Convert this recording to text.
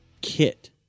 kit